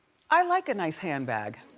i like a nice handbag.